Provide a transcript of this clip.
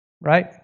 Right